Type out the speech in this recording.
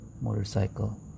motorcycle